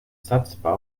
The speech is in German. satzbau